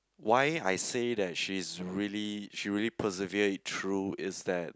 why I say that she's really she really persevere it through is that